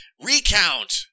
recount